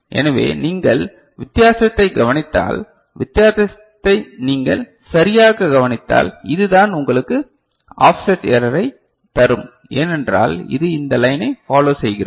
எனவே நீங்கள் வித்தியாசத்தைக் கவனித்தால் வித்தியாசத்தை நீங்கள் சரியாகக் கவனித்தால் இதுதான் உங்களுக்கு ஆஃப்செட் எரரைத் தரும் ஏனென்றால் இது இந்த லைனை பாலோ செய்கிறது